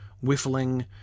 whiffling